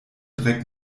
dreck